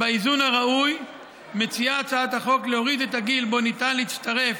באיזון הראוי מציעה הצעת החוק להוריד את הגיל שבו ניתן להצטרף